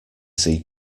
see